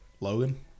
Logan